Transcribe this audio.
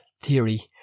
theory